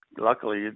luckily